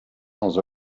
sans